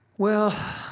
well,